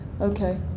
Okay